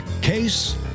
Case